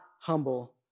humble